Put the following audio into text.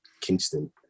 Kingston